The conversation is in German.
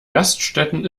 gaststätten